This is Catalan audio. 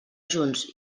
junts